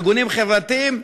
ארגונים חברתיים,